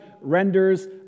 renders